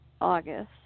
august